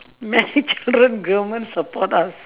many children government support us